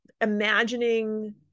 imagining